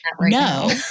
no